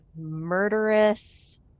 murderous